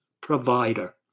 provider